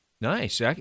Nice